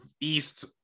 East